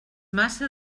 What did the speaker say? massa